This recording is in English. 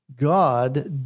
God